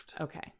Okay